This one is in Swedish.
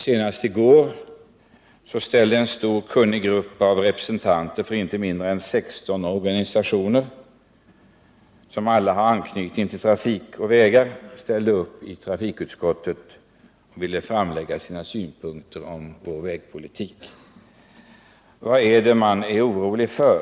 Senast i går ställde en stor, kunnig grupp av representanter för inte mindre än 16 organisationer — alla med anknytning till trafik och vägar — upp i trafikutskottet och ville lägga fram sina synpunkter på vägpolitiken. Vad är det man är orolig för?